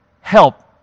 help